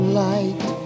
light